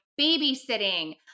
babysitting